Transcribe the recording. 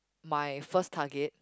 my first target